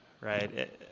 right